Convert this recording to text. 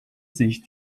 sich